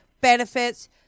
benefits